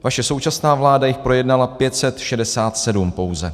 Vaše současná vláda jich projednala 567 pouze.